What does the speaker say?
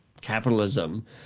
capitalism